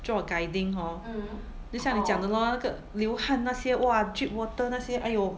做 guiding hor 就像你讲的 lor 那个流汗那些 !wah! drip water 那些 !aiyo!